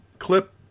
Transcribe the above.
clip